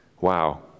Wow